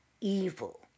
Evil